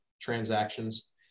transactions